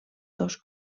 dos